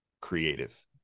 creative